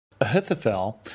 Ahithophel